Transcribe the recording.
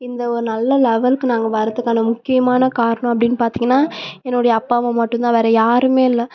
இந்த ஒரு நல்ல லெவலுக்கு நாங்கள் வர்றத்துக்கான முக்கியமான காரணம் அப்படின்னு பார்த்தீங்கன்னா என்னுடைய அப்பா அம்மா மட்டும்தான் வேறு யாருமே இல்லை